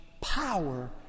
power